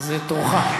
אז תורך.